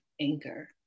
anchor